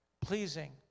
pleasing